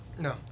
No